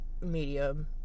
medium